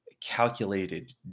calculated